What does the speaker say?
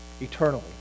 eternally